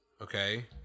okay